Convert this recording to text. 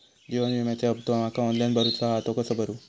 जीवन विम्याचो हफ्तो माका ऑनलाइन भरूचो हा तो कसो भरू?